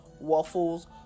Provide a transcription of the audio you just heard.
Waffles